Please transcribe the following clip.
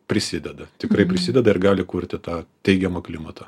prisideda tikrai prisideda ir gali kurti tą teigiamą klimatą